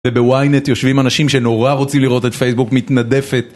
ובוויינט יושבים אנשים שנורא רוצים לראות את פייסבוק מתנדפת